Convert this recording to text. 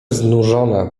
znużona